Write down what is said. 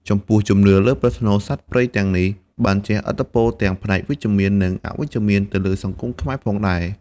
ចំពោះ ជំនឿលើប្រផ្នូលសត្វព្រៃទាំងនេះបានជះឥទ្ធិពលទាំងផ្នែកវិជ្ជមាន និងអវិជ្ជមានទៅលើសង្គមខ្មែរផងដែរ។